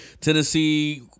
Tennessee